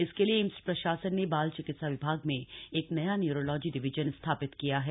इसके लिए एम्स प्रशासन ने बाल चिकित्सा विभाग में एक नई न्यूरोलॉजी डिवीजन स्थापित की है